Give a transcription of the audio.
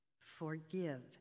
Forgive